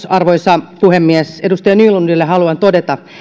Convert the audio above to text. arvoisa puhemies edustaja nylundille haluan todeta